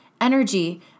energy